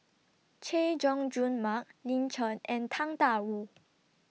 Chay Jung Jun Mark Lin Chen and Tang DA Wu